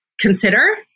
consider